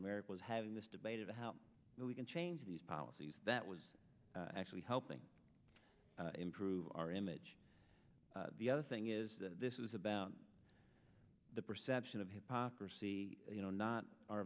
america was having this debate about how we can change these policies that was actually helping improve our image the other thing is that this is about the perception of hypocrisy you know not our